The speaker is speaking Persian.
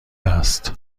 است